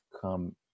Come